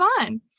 on